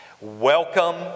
welcome